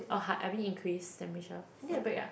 or hi~ I mean increase temperature you need a break ah